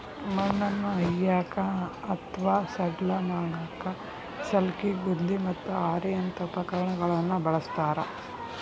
ಮಣ್ಣನ್ನ ಅಗಿಯಾಕ ಅತ್ವಾ ಸಡ್ಲ ಮಾಡಾಕ ಸಲ್ಕಿ, ಗುದ್ಲಿ, ಮತ್ತ ಹಾರಿಯಂತ ಉಪಕರಣಗಳನ್ನ ಬಳಸ್ತಾರ